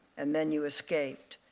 and then you escaped.